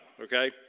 okay